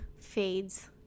fades